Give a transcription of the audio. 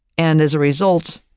and as a result,